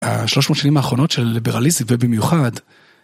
השלוש מאות שנים האחרונות של ליברליזם ובמיוחד